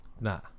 Nah